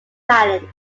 talent